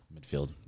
midfield